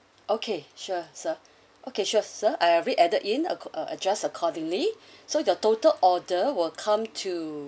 okay sure sir okay sure sir I already added a uh adjust accordingly so the total order will come to